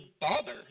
bother